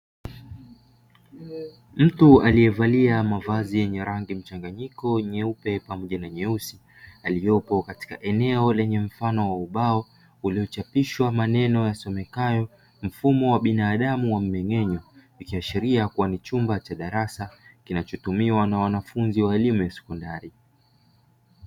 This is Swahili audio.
Mtu aliyevalia mavazi yenye rangi mchanganyiko, nyeupe pamoja na nyeusi, aliyepo katika eneo lenye mfano wa ubao uliochapishwa maneno yasomekayo mfumo wa binadamu wa mmeng'enyo, ikiashiria kuwa ni chumba cha darasa kinachotumiwa na wanafunzi wa elimu ya sekondari.